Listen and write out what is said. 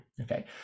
okay